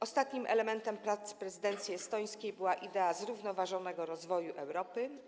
Ostatnim elementem prac prezydencji estońskiej była idea zrównoważonego rozwoju Europy.